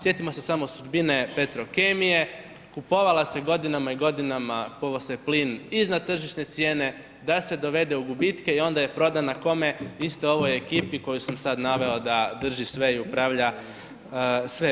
Sjetimo se samo sudbine Petrokemije, kupovala se godinama i godinama, kupovo se plin iznad tržišne cijene da se dovede u gubite i onda je prodana koje, istoj ovoj ekipi koju sam da naveo da drži sve i upravlja sve.